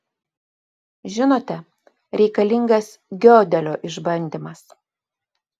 žinote reikalingas giodelio išbandymas